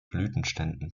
blütenständen